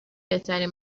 بهترین